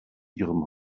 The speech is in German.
ihrem